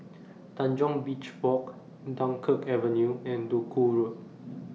Tanjong Beach Walk Dunkirk Avenue and Duku Road